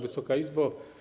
Wysoka Izbo!